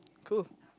cool